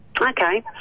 Okay